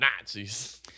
Nazis